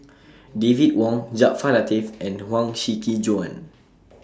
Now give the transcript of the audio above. David Wong Jaafar Latiff and Huang Shiqi Joan